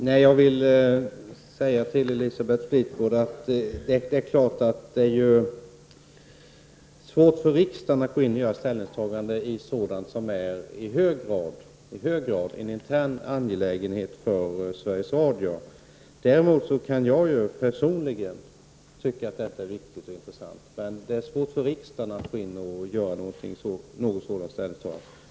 Herr talman! Det är, Elisabeth Fleetwood, naturligtvis svårt för riksdagen att gå in och göra ställningstaganden i sådant som i hög grad är en intern angelägenhet för Sveriges Radio. Däremot kan jag personligen tycka att detta är viktigt och intressant. Det är emellertid svårt för riksdagen att gå in och göra ett sådant ställningstagande.